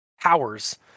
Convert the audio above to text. powers